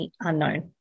Unknown